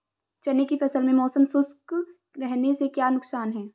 चने की फसल में मौसम शुष्क रहने से क्या नुकसान है?